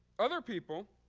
other people,